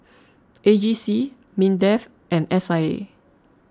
A G C Mindef and S I A